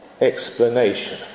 explanation